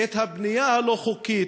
את הבנייה הלא-חוקית,